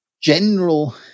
general